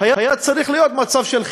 היה צריך להיות מצב של חירום.